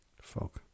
fuck